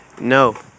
No